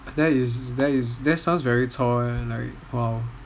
that is that that sound very chor eh like !wow!